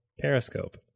Periscope